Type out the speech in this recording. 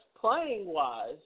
playing-wise